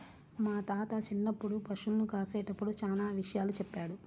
మా తాత చిన్నప్పుడు పశుల్ని కాసేటప్పుడు చానా విషయాలు చెప్పాడు